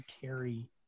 carry